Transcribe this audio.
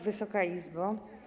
Wysoka Izbo!